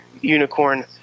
unicorn